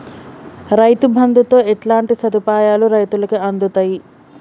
రైతు బంధుతో ఎట్లాంటి సదుపాయాలు రైతులకి అందుతయి?